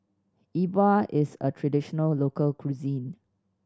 Yi Bua is a traditional local cuisine